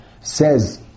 says